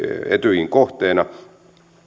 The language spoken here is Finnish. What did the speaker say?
etyjin kohteena ja